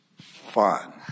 fun